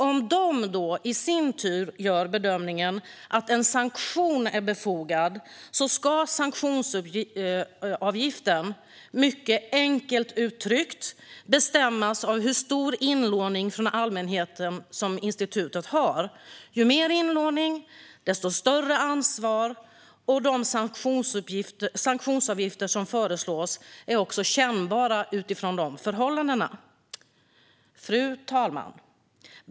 Om den i sin tur gör bedömningen att en sanktion är befogad ska sanktionsavgiften, mycket enkelt uttryckt, bestämmas av hur stor inlåning från allmänheten som institutet har. Ju mer inlåning, desto större ansvar. De sanktionsavgifter som föreslås är kännbara utifrån de förhållandena. Fru talman!